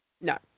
No